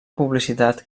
publicitat